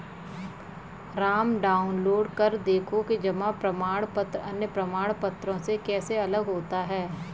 Ram download कर देखो कि जमा प्रमाण पत्र अन्य प्रमाण पत्रों से कैसे अलग होता है?